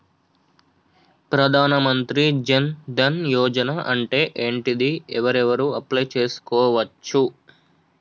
ప్రధాన మంత్రి జన్ ధన్ యోజన అంటే ఏంటిది? ఎవరెవరు అప్లయ్ చేస్కోవచ్చు?